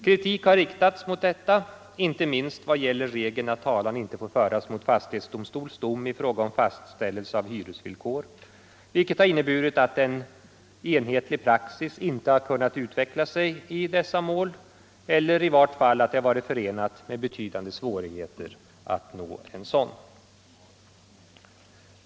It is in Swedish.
Kritik har riktats mot detta, inte minst i vad gäller regeln att talan inte får föras mot fastighetsdomstols dom i fråga om fastställelse av hyresvillkor, vilket inneburit att en enhetlig praxis inte kunnat utvecklas i dessa mål eller att det i vart fall varit förenat med betydande svårigheter att åstadkomma en sådan.